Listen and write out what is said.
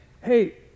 hey